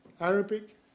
Arabic